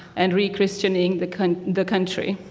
and re-christianing the kind of the country.